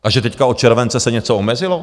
A že teď od července se něco omezilo?